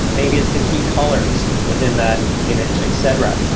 maybe it's the key colors within that image, etc.